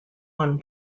one